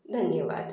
धन्यवाद